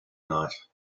night